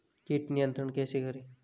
कीट नियंत्रण कैसे करें?